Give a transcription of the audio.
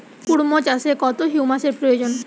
কুড়মো চাষে কত হিউমাসের প্রয়োজন?